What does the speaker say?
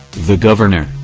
the governor,